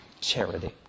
charity